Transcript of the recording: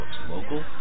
local